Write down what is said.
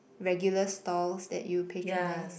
regular stores that you patronize